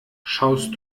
schaust